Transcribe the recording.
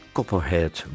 Copperhead